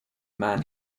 man